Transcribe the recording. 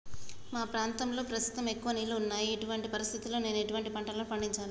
మా ప్రాంతంలో ప్రస్తుతం ఎక్కువ నీళ్లు ఉన్నాయి, ఇటువంటి పరిస్థితిలో నేను ఎటువంటి పంటలను పండించాలే?